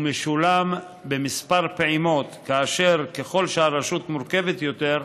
הוא משולם בכמה פעימות וככל שהרשות מורכבת יותר,